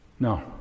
No